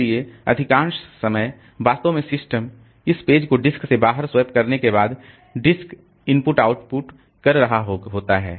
इसलिए अधिकांश समय वास्तव में सिस्टम इस पेज को डिस्क से बाहर स्वैप करने के बाद डिस्क io कर रहा होता है